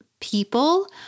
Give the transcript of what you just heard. people